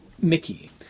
Mickey